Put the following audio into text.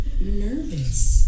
nervous